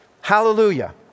Hallelujah